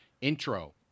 intro